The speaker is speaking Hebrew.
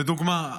לדוגמה,